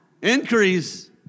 Increase